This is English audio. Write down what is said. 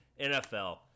NFL